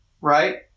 right